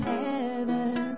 heaven